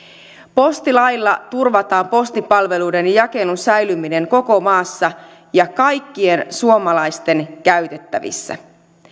postilailla turvataan postipalveluiden ja jakelun säilyminen koko maassa ja kaikkien suomalaisten käytettävissä